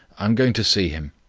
i'm going to see him.